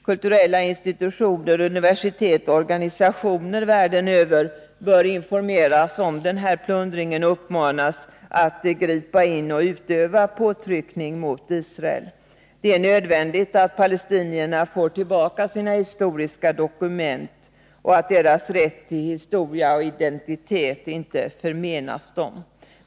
Kulturella institutioner, universitet och organisationer världen över bör informeras om plundringen och uppmanas att gripa in och utöva påtryckning mot Israel. Det är nödvändigt att palestinierna får tillbaka sina historiska dokument och att deras rätt till historia och identitet inte förmenas dem.